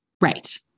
Right